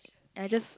I just